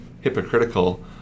hypocritical